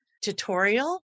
tutorial